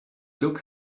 look